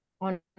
on